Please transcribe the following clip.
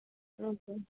okay